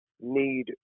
need